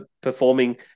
performing